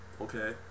Okay